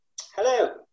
Hello